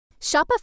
Shopify